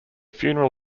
funeral